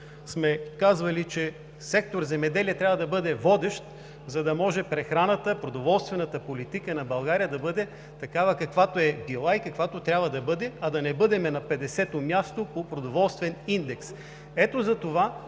сме казвали, че сектор „Земеделие“ трябва да бъде водещ, за да може прехраната, продоволствената политика на България да бъде такава, каквато е била и каквато трябва да бъде, а да не бъдем на 50-о място по продоволствен индекс. Ето затова